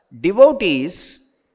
devotees